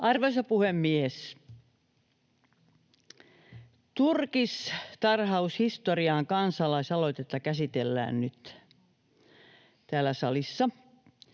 Arvoisa puhemies! Turkistarhaus historiaan ‑kansalaisaloitetta käsitellään nyt täällä salissa.